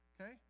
okay